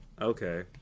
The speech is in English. okay